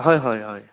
হয় হয় হয়